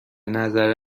نظر